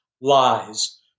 lies